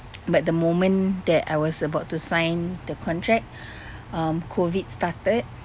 but the moment that I was about to sign the contract um COVID started